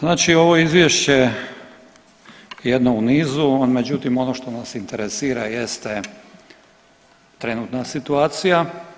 Znači ovo Izvješće je jedno u nizu, on međutim, ono što nas interesira jeste trenutna situacija.